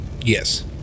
Yes